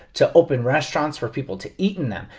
to open restaurants for people to eat in them.